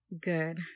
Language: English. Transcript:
Good